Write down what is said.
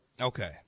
Okay